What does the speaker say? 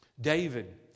David